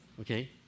okay